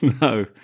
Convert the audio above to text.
No